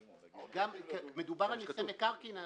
--- מדובר על נכסי מקרקעין.